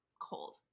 cold